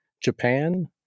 Japan